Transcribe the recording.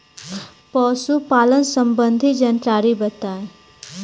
पशुपालन सबंधी जानकारी बताई?